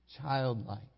childlike